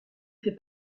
fait